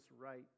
right